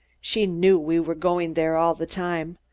she knew we were going there all the time.